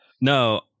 no